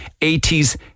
80s